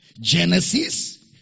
Genesis